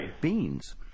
Beans